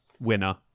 winner